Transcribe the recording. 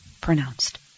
pronounced